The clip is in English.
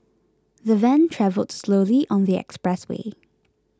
the van travelled slowly on the expressway